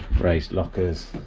raised lockers,